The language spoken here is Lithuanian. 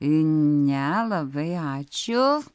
ne labai ačiū